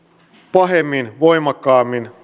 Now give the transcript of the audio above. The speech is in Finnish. pahemmin voimakkaammin